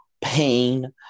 pain